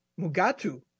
Mugatu